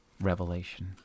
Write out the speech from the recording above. revelation